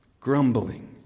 Grumbling